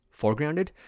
foregrounded